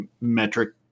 metric